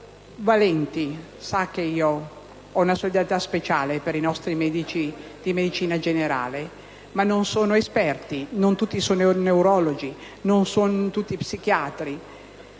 medici (sa che io ho una solidarietà speciale per i nostri medici di medicina generale) siano esperti: non tutti sono neurologi, non sono tutti psichiatri,